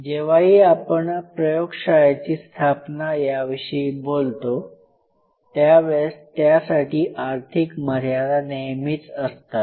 जेव्हाही आपण प्रयोगशाळेची स्थापना याविषयी बोलतो त्यावेळेस त्यासाठी आर्थिक मर्यादा नेहमीच असतात